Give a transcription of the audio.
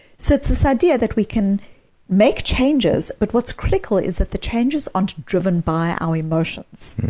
so it's this idea that we can make changes, but what's critical is that the changes aren't driven by our emotions.